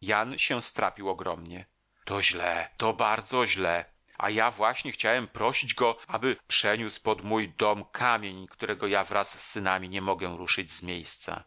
jan się strapił ogromnie to źle to bardzo źle a ja właśnie chciałem prosić go aby przeniósł pod mój dom kamień którego ja wraz z synami nie mogę ruszyć z miejsca